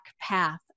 path